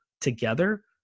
together